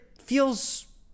feels